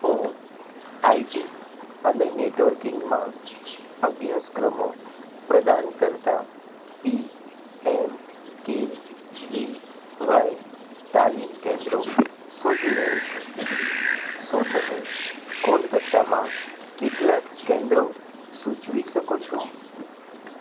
હું આઇટી અને નેટવર્કિંગમાં અભ્યાસક્રમો પ્રદાન કરતાં પીએમકેવીવાય તાલીમ કેન્દ્રો શોધી રહ્યો છું શું તમે કોલકત્તામાં કેટલાક કેન્દ્રો સૂચવી શકો છો